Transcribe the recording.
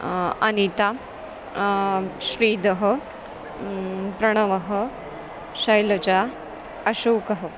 अनिता श्रीधरः प्रणवः शैलजा अशोकः